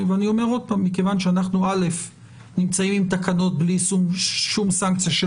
אני אומר שוב שמכיוון שאנחנו נמצאים עם תקנות בלי שום סנקציה של